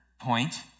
point